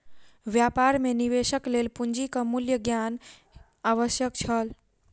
व्यापार मे निवेशक लेल पूंजीक मूल्य ज्ञान आवश्यक छल